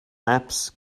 maps